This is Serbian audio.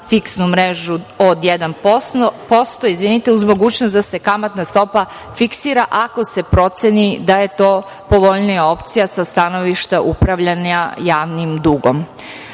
fiksu mrežu od 1% uz mogućnost da se kamatna stopa fiksira ako se proceni da je to povoljnija opcija sa stanovišta upravljanja javnim